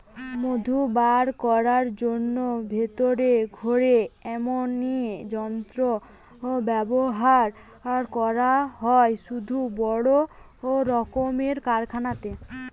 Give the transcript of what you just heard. মধু বার কোরার জন্যে ভিতরে ঘুরে এমনি যন্ত্র ব্যাভার করা হয় শুধু বড় রক্মের কারখানাতে